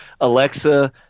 Alexa